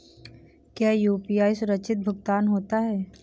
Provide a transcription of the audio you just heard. क्या यू.पी.आई सुरक्षित भुगतान होता है?